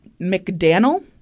McDaniel